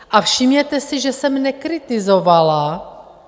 A všimněte si, že jsem nekritizovala...